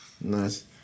Nice